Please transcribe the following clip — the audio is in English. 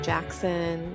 Jackson